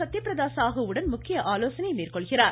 சத்யபிரத சாகு உடன் முக்கிய ஆலோசனை மேற்கொள்கிறார்